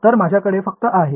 तर माझ्याकडे फक्त आहे